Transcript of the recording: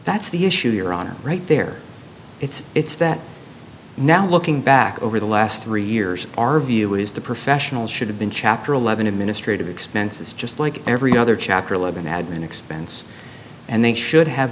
that's the issue you're on right there it's it's that now looking back over the last three years our view is the professionals should have been chapter eleven administrative expenses just like every other chapter eleven admin expense and they should have